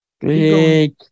click